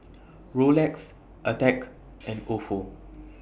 Rolex Attack and Ofo